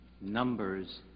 numbers